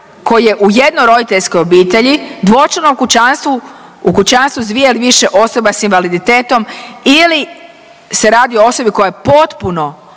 koji je u jedno roditeljskoj obitelji, dvočlanom kućanstvu, u kućanstvu s 2 ili više osoba s invaliditetom ili se radi o osobi koja je potpuno